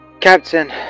Captain